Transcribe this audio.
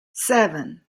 seven